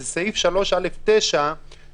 אלו התקנות שבאות לאישורכם כרגע.